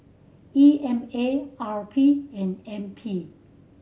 E M A R P and N P